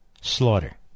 slaughter